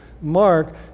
Mark